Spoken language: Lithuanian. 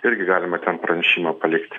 irgi galima ten pranešimą palikti